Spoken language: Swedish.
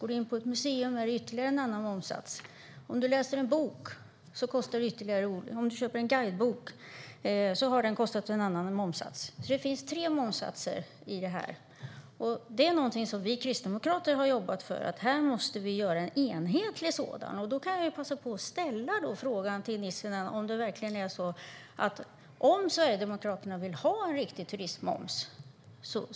Går du in på ett museum är det ytterligare en momssats, och en guidebok du köper har en annan momssats. Det finns tre momssatser, och vi kristdemokrater har jobbat för att göra en enhetlig momssats. Jag vill därför ställa frågan till Nissinen om det verkligen är så att Sverigedemokraterna vill ha en turismmoms.